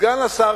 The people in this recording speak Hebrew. סגן השר,